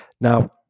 Now